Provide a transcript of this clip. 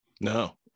No